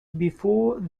before